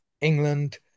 England